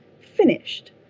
finished